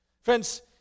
Friends